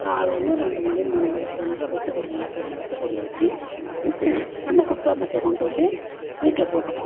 அப்புறம் ஆளு ஒன்று ரெண்டு மடி மூணு மடி பிடுங்குனாக்கா வெட்டு கூடையில் நல்லா பெரிய வெட்டு கூடையில் வச்சு அந்த குப்பம் பருத்தியை கொண்டுட்டு வந்து வீட்டில் போட்டுருப்போம்